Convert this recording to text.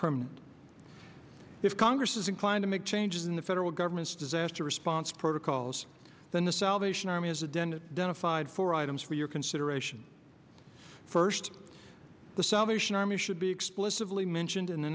permanent if congress is inclined to make changes in the federal government's disaster response protocols then the salvation army has a den identified four items for your consideration first the salvation army should be explicitly mentioned